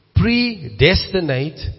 Predestinate